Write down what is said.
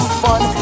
fun